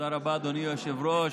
תודה רבה, אדוני היושב-ראש.